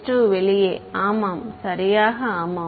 s2வெளியே ஆமாம் சரியாக ஆம்